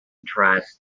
trust